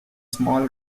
small